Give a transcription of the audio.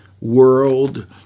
world